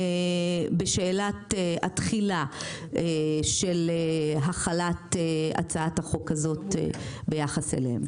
בשאלת התחילה של החלת הצעת החוק הזאת ביחס אליהם.